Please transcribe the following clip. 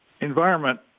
environment